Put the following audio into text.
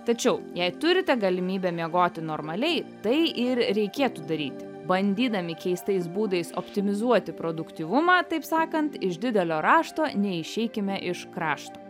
tačiau jei turite galimybę miegoti normaliai tai ir reikėtų daryti bandydami keistais būdais optimizuoti produktyvumą taip sakant iš didelio rašto neišeikime iš krašto